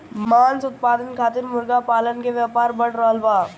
मांस उत्पादन खातिर मुर्गा पालन के व्यापार बढ़ रहल बा